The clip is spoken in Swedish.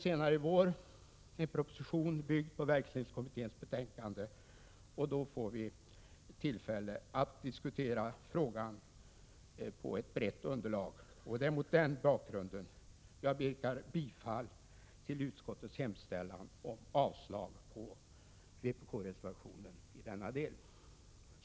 Senare i vår kommer en proposition byggd på verksledningskommitténs betänkande. Då får vi tillfälle att diskutera frågan med ett brett underlag. Det är mot den bakgrunden jag yrkar bifall till utskottets hemställan och avslag på vpk-reservationen i denna del.